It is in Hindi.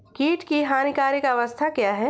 कीट की हानिकारक अवस्था क्या है?